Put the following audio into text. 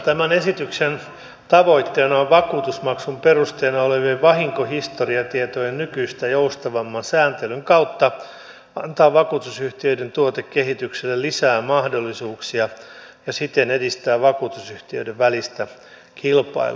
tämän esityksen tavoitteena on vakuutusmaksun perusteena olevien vahinkohistoriatietojen nykyistä joustavamman sääntelyn kautta antaa vakuutusyhtiöiden tuotekehitykselle lisää mahdollisuuksia ja siten edistää vakuutusyhtiöiden välistä kilpailua